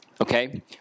okay